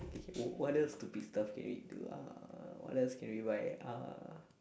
K K what else stupid stuff can we do uh what else can we buy uh